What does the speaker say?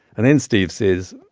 and then steve says,